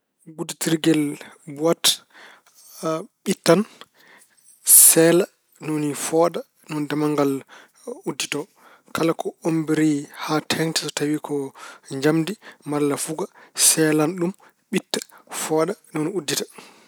Gudditorgel buwat ɓittan, seela ni woni fooɗa, ni woni damal ngal uddito. Kala ko ommbori haa teeŋti so tawi ko njamndi walla fuga seelan ɗum, ɓitta, fooɗa, ni woni uddita.